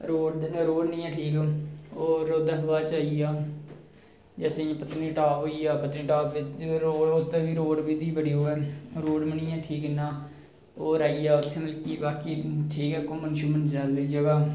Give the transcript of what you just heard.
road निं ऐ ठीक होर ओह्दे कशा बाद आइया ओह्दे कशा बाद पत्नीटॉप होई गेआ ओह्दे च बी रोड़ दी बड़ी ओह् ऐ रोड़ बी निं ऐ ठीक इन्ना होर बाकी इत्थै आइया होर बाकी ठीक ऐ घुम्मन शुम्मन दी जगह